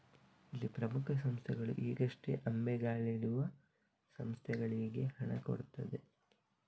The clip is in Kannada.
ಇಲ್ಲಿ ಪ್ರಮುಖ ಸಂಸ್ಥೆಗಳು ಈಗಷ್ಟೇ ಅಂಬೆಗಾಲಿಡುವ ಸಂಸ್ಥೆಗಳಿಗೆ ಹಣ ಕೊಡ್ತವೆ